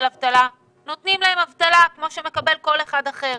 אבטלה ונותנים להם אבטלה כמו שמקבל כל אחד אחר.